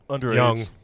young